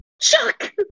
Chuck